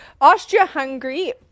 Austria-Hungary